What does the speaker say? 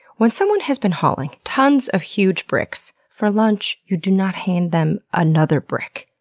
when someone has been hauling tons of huge bricks, for lunch you do not hand them another brick.